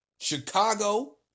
Chicago